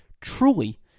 truly